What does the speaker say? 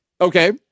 okay